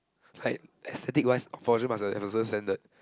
like aesthetic wise must have a certain standard